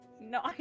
no